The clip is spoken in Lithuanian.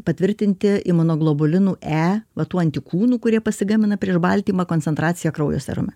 patvirtinti imunoglobulinų e va tų antikūnų kurie pasigamina prieš baltymą koncentraciją kraujo serume